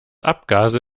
abgase